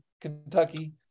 Kentucky